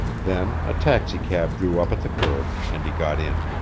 then a taxicab drew up at the curb, and he got in.